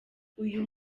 uyu